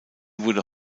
wurde